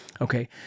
Okay